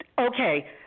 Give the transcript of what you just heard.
okay